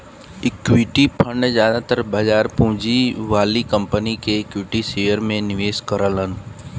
equity fund जादातर बाजार पूंजीकरण वाली कंपनी के इक्विटी शेयर में निवेश करलन